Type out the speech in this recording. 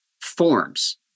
forms